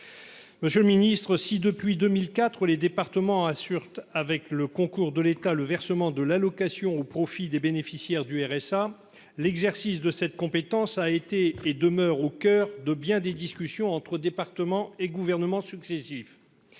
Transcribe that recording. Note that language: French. monsieur le Ministre, si depuis 2004, les départements assurent avec le concours de l'État, le versement de l'allocation au profit des bénéficiaires du RSA, l'exercice de cette compétence a été et demeure au coeur de bien des discussions entre départements et gouvernements successifs,